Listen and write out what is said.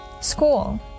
school